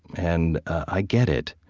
and i get it.